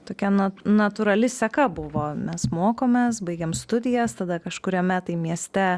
tokia na natūrali seka buvo mes mokomės baigiam studijas tada kažkuriame mieste